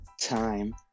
time